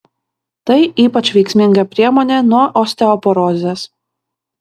tai ypač veiksminga priemonė nuo osteoporozės